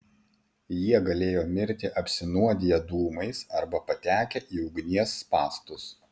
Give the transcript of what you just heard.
jie galėjo mirti apsinuodiję dūmais arba patekę į ugnies spąstus